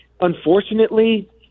Unfortunately